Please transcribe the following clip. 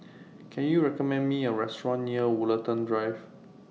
Can YOU recommend Me A Restaurant near Woollerton Drive